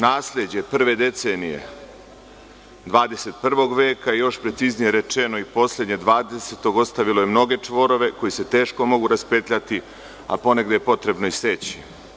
Nasleđe prve decenije 21. veka, još preciznije rečeno, i poslednje 20, ostavilo je mnoge čvorove koji se teško mogu raspetljati, a ponegde je potrebno i seći.